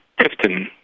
Tifton